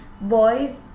boys